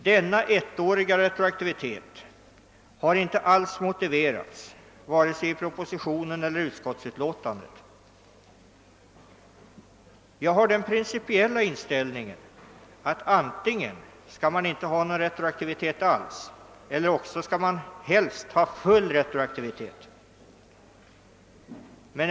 Denna ettåriga retroaktivitet har inte alls motiverats vare sig i propositionen eller i utskottsutlåtandet. Jag har den principiella inställningen, att man antingen inte skall ha någon retroaktivitet alls eller att man skall ha full retroaktivitet.